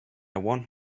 want